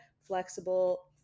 flexible